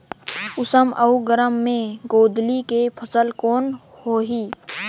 उमस अउ गरम मे गोंदली के फसल कौन होही?